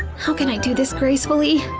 how can i do this gracefully,